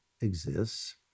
exists